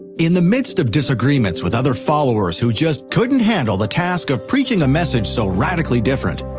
in the midst of disagreements with other followers who just couldn't handle the task of preaching a message so radically different,